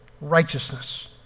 Righteousness